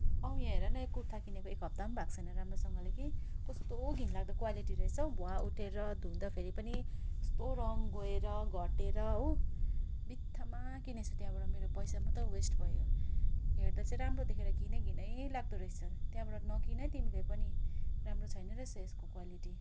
औ यहाँ हेर न यो कुर्ता किनेको एक हप्ता पनि भएको छैन राम्रोसँगले कि कस्तो घिनलाग्दो क्वालिटी रहेछ हौ भुवा उठेर धुँदाखेरि पनि कस्तो रङ्ग गएर घटेर हो बित्थामा किनेछु त्यहाँबाट मेरो पैसामात्र वेस्ट भयो हेर्दा चाहिँ राम्रो देखेर किनेँ घिनै लाग्दो रहेछ त्यहाँबाट नकिन है तिमीले पनि राम्रो छैन रहेछ यसको क्वालिटी